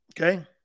Okay